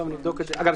אגב,